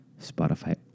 Spotify